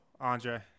Andre